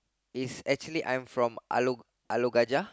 it's actually I'm from Alor Alor Gajah